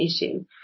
issue